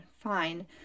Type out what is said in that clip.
fine